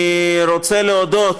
מיליון.